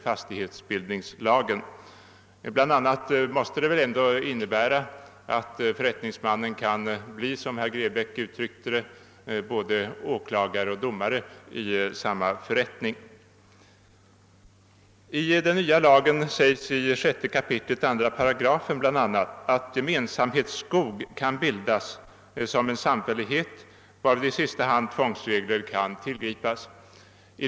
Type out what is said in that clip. Det måste bl.a. innebära att förrättningsmannen kan — som herr Grebäck uttryckte det — bli både åkla I den nya lagen sägs i 6 kap. 2 8 bl.a. att gemensamhetsskog kan bildas som en samfällighet, varvid i sista hand tvångsregler kan tillgripas.